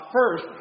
first